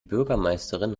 bürgermeisterin